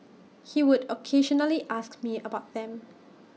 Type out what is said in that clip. he would occasionally ask me about them